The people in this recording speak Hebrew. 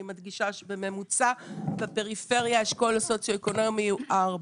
אני מדגישה שבממוצע בפריפריה האשכול הסוציו-אקונומי הוא 4